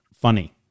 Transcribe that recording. funny